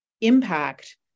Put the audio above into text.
impact